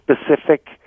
specific